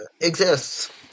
exists